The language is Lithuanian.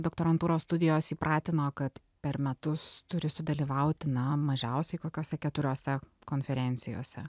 doktorantūros studijos įpratino kad per metus turi sudalyvauti na mažiausiai kokiose keturiose konferencijose